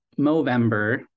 Movember